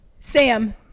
Sam